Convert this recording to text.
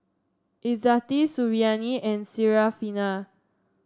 Izzati Suriani and Syarafina